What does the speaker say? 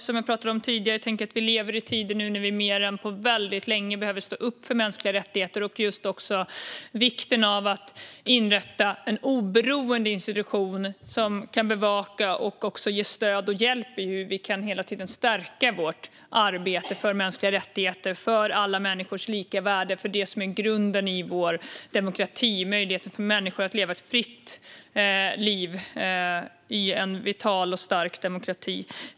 Som vi pratat om tidigare tänker jag att vi lever i tider när vi mer än på väldigt länge behöver stå upp för mänskliga rättigheter och vikten av att inrätta en oberoende institution som kan bevaka och ge stöd och hjälp när det gäller hur vi hela tiden kan stärka vårt arbete för mänskliga rättigheter och alla människors lika värde, vilket är grunden i vår demokrati - möjligheten för människor att leva ett fritt liv i en vital och stark demokrati.